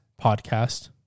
podcast